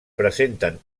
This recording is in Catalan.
presenten